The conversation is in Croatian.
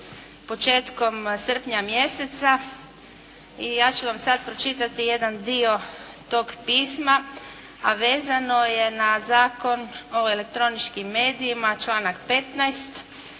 početkom srpnja mjeseca i ja ću vam sad pročitati jedan dio tog pisma, a vezano je na Zakon o elektroničkim medijima, članak 15.